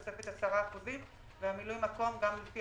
תוספת של 10 אחוזים ומילוי מקום גם לפי